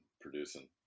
producing